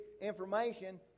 information